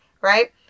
right